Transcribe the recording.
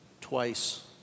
twice